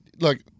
look